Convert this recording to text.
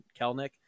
Kelnick